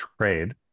trade